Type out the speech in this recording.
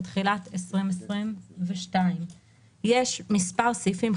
בתחילת 2022. יש מספר סעיפים,